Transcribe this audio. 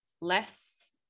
less